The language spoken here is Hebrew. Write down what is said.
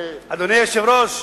אדוני היושב-ראש,